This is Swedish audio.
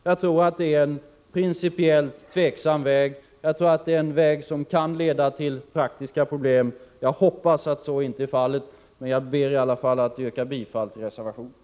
Jag tror att det är en principiellt tveksam väg — jag tror att det är en väg som kan leda till praktiska problem. Jag hoppas att så inte är förhållandet, men jag ber i alla fall att få yrka bifall till reservation 1.